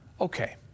okay